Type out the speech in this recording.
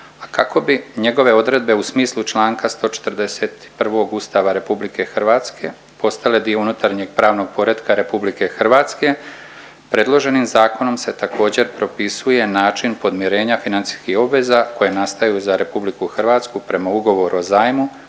a kako bi njegove odredbe u smislu članka 141. Ustava Republike Hrvatske postale dio unutarnjeg pravnog poretka Republike Hrvatske predloženim zakonom se također propisuje način podmirenja financijskih obveza koje nastaju za Republiku Hrvatsku prema ugovoru o zajmu